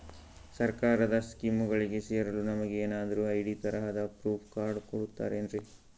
ಸರ್ಕಾರದ ಸ್ಕೀಮ್ಗಳಿಗೆ ಸೇರಲು ನಮಗೆ ಏನಾದ್ರು ಐ.ಡಿ ತರಹದ ಪ್ರೂಫ್ ಕಾರ್ಡ್ ಕೊಡುತ್ತಾರೆನ್ರಿ?